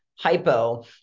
hypo